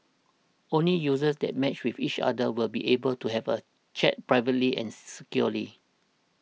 only users that matched with each other will be able to have a chat privately and s securely